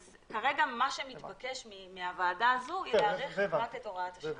אז כרגע מה שמתבקש מהוועדה הזו היא להאריך רק את הוראת השעה הזאת.